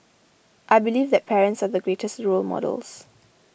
I believe that parents are the greatest role models